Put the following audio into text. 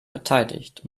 verteidigt